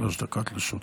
שלוש דקות לרשותך.